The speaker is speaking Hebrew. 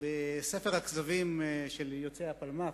בספר הכזבים של יוצאי הפלמ"ח,